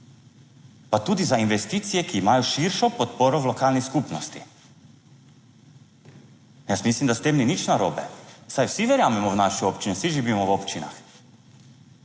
pa tudi za investicije, ki imajo širšo podporo v lokalni skupnosti. Jaz mislim, da s tem ni nič narobe, saj vsi verjamemo v našo občino, vsi živimo v občinah,